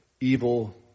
evil